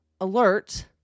alert